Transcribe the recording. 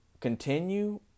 continue